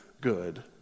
good